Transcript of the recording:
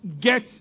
get